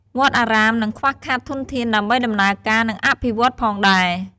វត្តអារាមនឹងខ្វះខាតធនធានដើម្បីដំណើរការ និងអភិវឌ្ឍន៍ផងដែរ។